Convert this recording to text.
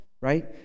right